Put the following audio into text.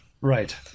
Right